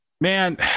man